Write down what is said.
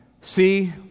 See